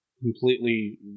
completely